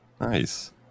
Nice